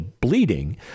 bleeding